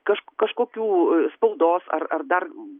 kaž kažkokių spaudos ar ar dar